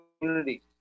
community